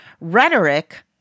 rhetoric